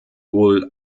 wohl